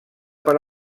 per